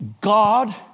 God